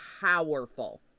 powerful